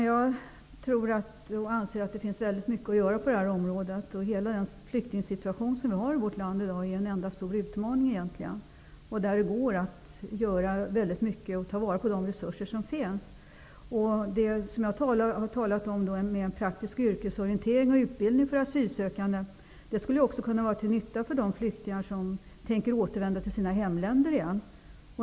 Fru talman! Jag anser att det finns väldigt mycket att göra på det här området. Den flyktingsituation vi har i vårt land i dag är egentligen en enda stor utmaning. Det går att göra väldigt mycket och ta vara på de resurser som finns. Det jag har talat om -- en praktisk yrkesorientering och utbildning för asylsökande -- skulle också kunna vara till nytta för de flyktingar som tänker återvända till sina hemländer igen.